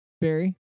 Barry